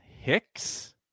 Hicks